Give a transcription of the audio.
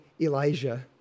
Elijah